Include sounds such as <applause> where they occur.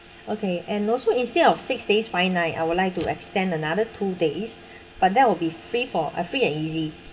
okay and also instead of six days five night I would like to extend another two days <breath> but that will be free for a free and easy